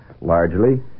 largely